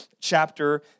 chapter